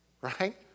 right